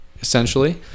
essentially